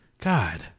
God